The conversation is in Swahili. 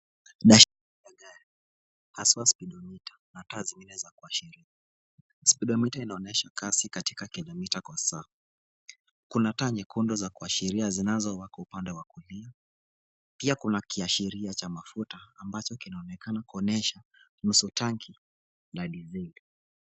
Mashine ya magari, hasa spedomita na taa zingine za kuashiria. Spidomita inaonesha kasi katika kilomita kwa saa. Kuna taa nyekundu za kuashiria zinazowaka upande wa kulia. Pia kuna kiashiria cha mafuta ambacho kinaonekana kuonyesha nusu tanki ya diseli .